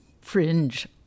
Fringe